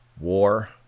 war